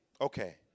okay